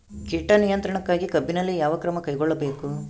ಕೇಟ ನಿಯಂತ್ರಣಕ್ಕಾಗಿ ಕಬ್ಬಿನಲ್ಲಿ ಯಾವ ಕ್ರಮ ಕೈಗೊಳ್ಳಬೇಕು?